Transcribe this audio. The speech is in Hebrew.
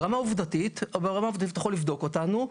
אתה יכול לבדוק אותנו,